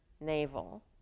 navel